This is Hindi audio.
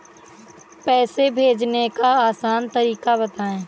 पैसे भेजने का आसान तरीका बताए?